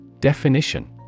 Definition